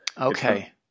Okay